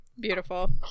Beautiful